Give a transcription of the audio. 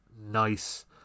nice